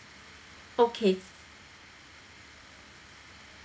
okay